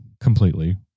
completely